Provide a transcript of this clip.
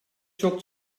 çok